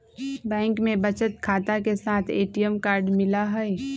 bank में बचत खाता के साथ ए.टी.एम कार्ड मिला हई